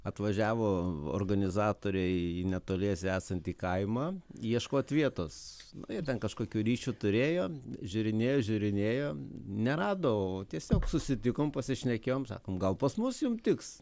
atvažiavo organizatoriai į netoliese esantį kaimą ieškot vietos ir ten kažkokių ryšių turėjo žiūrinėjo žiūrinėjo nerado o tiesiog susitikom pasišnekėjom sakom gal pas mus jum tiks